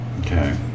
Okay